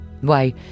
Why